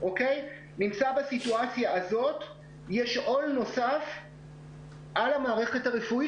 נמצא בסיטואציה הזו יש עול נוסף על המערכת הרפואית